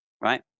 right